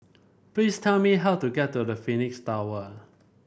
please tell me how to get to the Phoenix Tower